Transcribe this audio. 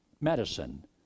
medicine